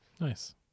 Nice